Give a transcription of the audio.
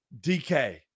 DK